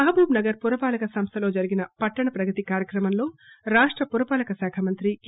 మహబూబ్నగర్ పురపాలక సంస్థలో జరిగిన పట్టణ ప్రగతి కార్యక్రమంలో రాష్ట పురపాలక శాఖ మంత్రి కె